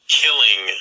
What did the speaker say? killing